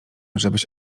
żebyś